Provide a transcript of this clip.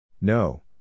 No